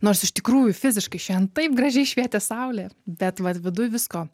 nors iš tikrųjų fiziškai šiandien taip gražiai švietė saulė bet vat viduj visko